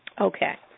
Okay